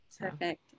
Perfect